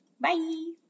Bye